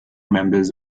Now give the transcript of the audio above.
members